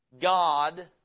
God